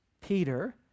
Peter